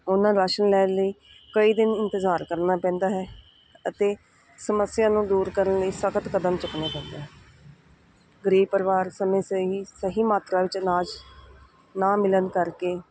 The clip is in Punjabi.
ਓਨਾਂ ਰਾਸ਼ਨ ਲੈਣ ਲਈ ਕਈ ਦਿਨ ਇੰਤਜ਼ਾਰ ਕਰਨਾ ਪੈਂਦਾ ਹੈ ਅਤੇ ਸਮੱਸਿਆ ਨੂੰ ਦੂਰ ਕਰਨ ਲਈ ਸਖਤ ਕਦਮ ਚੁੱਕਣੇ ਪੈਂਦੇ ਗਰੀਬ ਪਰਿਵਾਰ ਸਮੇਂ ਸੇ ਹੀ ਸਹੀ ਮਾਤਰਾ ਵਿੱਚ ਅਨਾਜ ਨਾ ਮਿਲਣ ਕਰਕੇ